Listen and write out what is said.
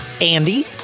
Andy